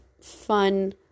fun